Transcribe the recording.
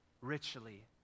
richly